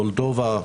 מולדובה,